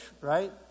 right